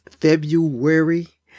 February